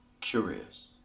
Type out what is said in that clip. curious